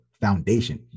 foundation